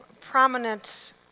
prominent